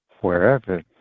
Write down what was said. wherever